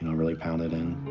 and really pound it in.